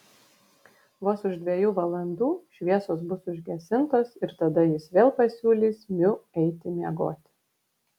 vos už dviejų valandų šviesos bus užgesintos ir tada jis vėl pasiūlys miu eiti pamiegoti